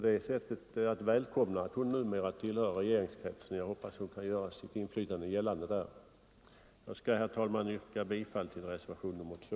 Det är att välkomna att hon numera tillhör regeringskretsen, och jag hoppas hon kan göra sitt inflytande gällande där. Herr talman! Jag yrkar bifall till reservationen 2.